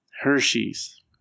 hershey's